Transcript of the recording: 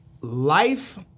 Life